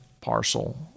parcel